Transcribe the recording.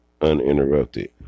uninterrupted